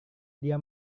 dia